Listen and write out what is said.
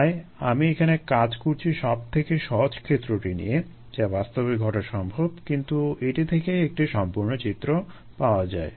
তাই আমি এখানে কাজ করছি সবথেকে সহজ ক্ষেত্রটি নিয়ে যা বাস্তবে ঘটা সম্ভব কিন্তু এটি থেকেই একটি পরিপূর্ণ চিত্র পাওয়া যায়